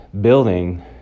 building